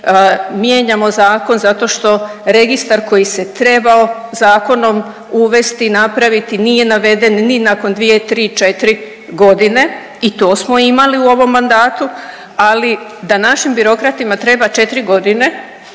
mijenjamo zakon zato što registar koji se trebao zakon uvesti i napraviti nije naveden ni nakon 2, 3, 4.g. i to smo imali u ovom mandatu, ali da našim birokratima treba 4.g.